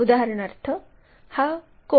उदाहरणार्थ हा कोनचा फ्रस्टम आहे